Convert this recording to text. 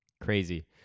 Crazy